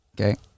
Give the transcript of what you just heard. Okay